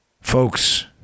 Folks